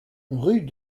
rue